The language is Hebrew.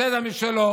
סדר משלו,